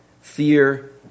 fear